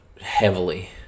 heavily